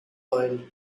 oil